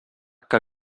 que